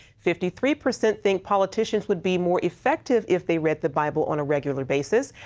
fifty three percent think politicians would be more effective if they read the bible on a regular basis.